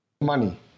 money